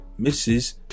Mrs